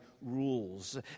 rules